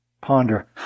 Ponder